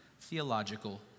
theological